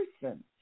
person